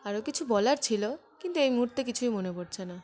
আরও কিছু বলার ছিল কিন্তু এই মুহর্তে কিছুই মনে পড়ছে না